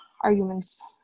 arguments